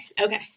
okay